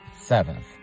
Seventh